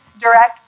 direct